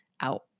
out